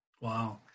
Wow